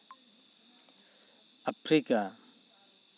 Africa